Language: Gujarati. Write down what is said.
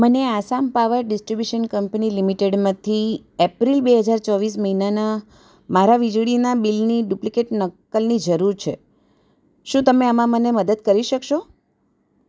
મને આસામ પાવર ડિસ્ટ્રિબ્યુશન કંપની લિમિટેડમાંથી એપ્રિલ બે હજાર ચોવીસ મહિનાનાં મારા વીજળીનાં બિલની ડુપ્લિકેટ નકલની જરૂર છે શું તમે આમાં મને મદદ કરી શકશો